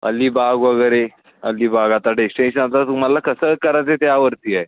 अलीबाग वगैरे अलीबाग आता डेक्श्टेशन आता तुम्हाला कसं करायचं त्यावरती आहे